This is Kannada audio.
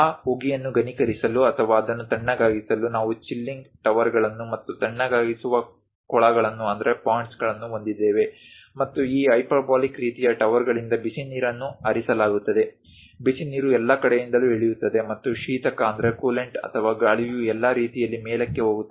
ಆ ಉಗಿಯನ್ನು ಘನೀಕರಿಸಲು ಅಥವಾ ಅದನ್ನು ತಣ್ಣಗಾಗಿಸಲು ನಾವು ಚಿಲ್ಲಿಂಗ್ ಟವರ್ಗಳನ್ನು ಮತ್ತು ತಣ್ಣಗಾಗಿಸುವ ಕೊಳಗಳನ್ನು ಹೊಂದಿದ್ದೇವೆ ಮತ್ತು ಈ ಹೈಪರ್ಬೋಲಿಕ್ ರೀತಿಯ ಟವರ್ಗಳಿಂದ ಬಿಸಿನೀರನ್ನು ಹರಿಸಲಾಗುತ್ತದೆ ಬಿಸಿನೀರು ಎಲ್ಲಾ ಕಡೆಯಿಂದಲೂ ಇಳಿಯುತ್ತದೆ ಮತ್ತು ಶೀತಕ ಅಥವಾ ಗಾಳಿಯು ಎಲ್ಲಾ ರೀತಿಯಲ್ಲಿ ಮೇಲಕ್ಕೆ ಹೋಗುತ್ತದೆ